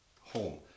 home